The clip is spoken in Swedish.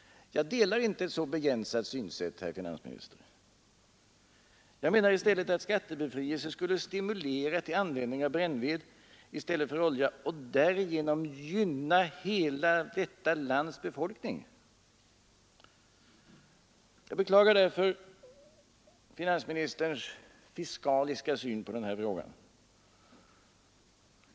Jag kan inte ansluta mig till ett så begränsat synsätt, herr finansminister. Jag menar i stället att skattebefrielse skulle stimulera till användning av brännved i stället för olja och därigenom gynna hela detta lands befolkning. Därför beklagar jag finansministerns fiskaliska syn på den här frågan.